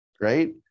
Right